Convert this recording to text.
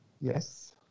Yes